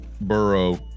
burrow